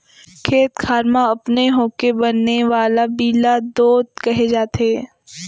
खेत खार म अपने होके बने वाला बीला दोंद कहे जाथे